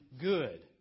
good